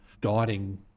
guiding